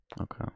Okay